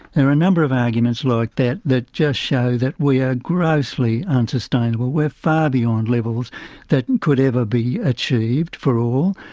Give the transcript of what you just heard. there are a number of arguments like that that just show that we are grossly unsustainable. we're far beyond levels that could ever be achieved for all.